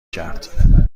کرد